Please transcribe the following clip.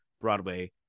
broadway